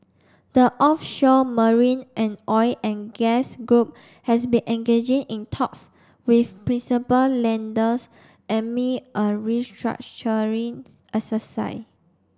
the offshore marine and oil and gas group has been engaging in talks with principal lenders amid a restructuring exercise